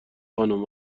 خانم